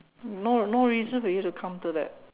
no no reason for you to come to that